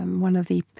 um one of the